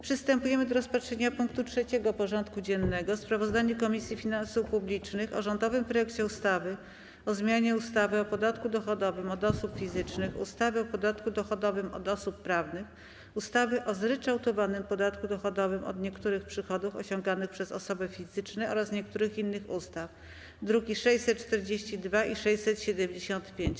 Przystępujemy do rozpatrzenia punktu 3. porządku dziennego: Sprawozdanie Komisji Finansów Publicznych o rządowym projekcie ustawy o zmianie ustawy o podatku dochodowym od osób fizycznych, ustawy o podatku dochodowym od osób prawnych, ustawy o zryczałtowanym podatku dochodowym od niektórych przychodów osiąganych przez osoby fizyczne oraz niektórych innych ustaw (druki nr 642 i 675)